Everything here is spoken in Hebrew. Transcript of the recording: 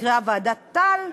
שנקראה ועדת טל,